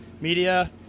media